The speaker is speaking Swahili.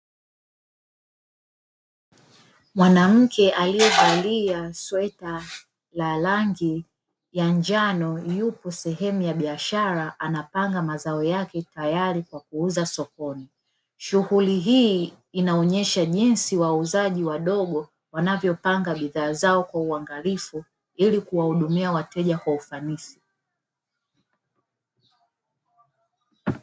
Mwanamke aliyevalia sweta la rangi ya njano yupo sehemu ya biashara anapanga mazao yake tayari kwa kuuza sokoni, shughuli hii inaonyesha jinsi wauzaji wadogo wanavyopanga bidhaa zao kwa uangalifu ili kuwahudumia wateja kwa ufanisi.